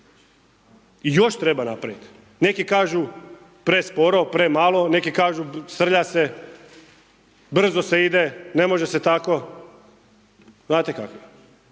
I još treba napraviti. Neki kažu presporo, premalo, neki kažu srlja se, brzo se ide, ne može se tako, znate kako je.